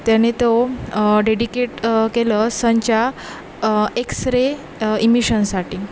त्याने तो डेडिकेट केलं सनच्या एक्स रे इमिशनसाठी